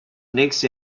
next